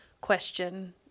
question